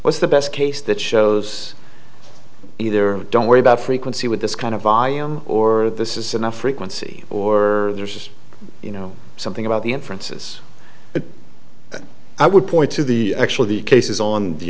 what's the best case that shows either don't worry about frequency with this kind of volume or this is enough frequency or there's you know something about the inferences i would point to the actual the cases on the